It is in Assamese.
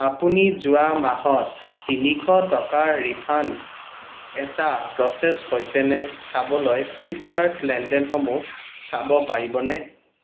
আপুনি যোৱা মাহত তিনিশ টকাৰ ৰিফাণ্ড এটা প্ৰ'চেছ হৈছেনে চাবলৈ ফ্লিপকাৰ্ট লেনদেনসমূহ চাব পাৰিবনে